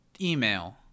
email